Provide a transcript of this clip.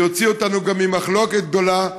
ויוציא אותנו גם ממחלוקת גדולה,